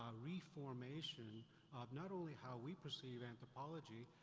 ah reformation of not only how we perceive anthropology,